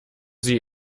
sie